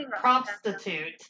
prostitute